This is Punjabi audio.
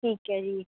ਠੀਕ ਹੈ ਜੀ